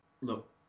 Look